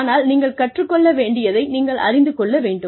ஆனால் நீங்கள் கற்றுக்கொள்ள வேண்டியதை நீங்கள் அறிந்து கொள்ள வேண்டும்